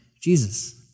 Jesus